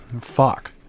fuck